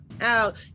out